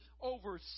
over